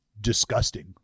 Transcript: disgusting